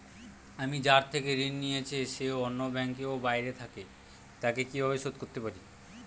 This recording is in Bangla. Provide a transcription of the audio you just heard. আমি যার থেকে ঋণ নিয়েছে সে অন্য ব্যাংকে ও বাইরে থাকে, তাকে কীভাবে শোধ করতে পারি?